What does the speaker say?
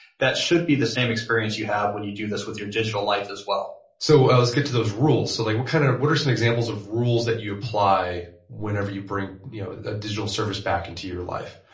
that should be the same experience you have when you do this with your digital life as well so let's get to those rules. so like what kind of what are some examples of rules that you apply whenever you bring you know a digital service back into your life?